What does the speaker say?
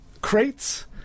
crates